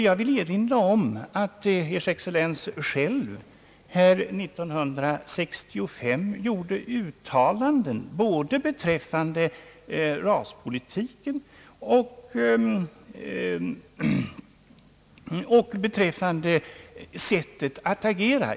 Jag vill erinra om att Ers excellens själv här år 1965 gjort uttalanden både beträffande raspolitiken och beträffande sättet att agera.